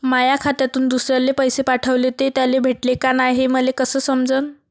माया खात्यातून दुसऱ्याले पैसे पाठवले, ते त्याले भेटले का नाय हे मले कस समजन?